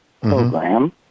program